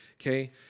okay